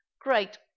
Great